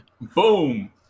Boom